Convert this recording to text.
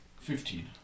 Fifteen